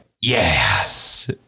Yes